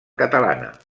catalana